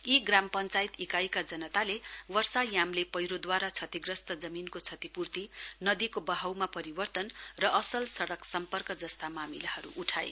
यी ग्राम पञ्चायत इकाइका जनताले वर्षायामले पैह्रोद्वारा क्षतिग्रस्त जमीनको क्षतिपूर्ति नदीको बहाउमा परिवर्तन र असल सडक सम्पर्क जस्ता मामिलाहरू उठाए